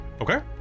Okay